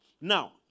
Now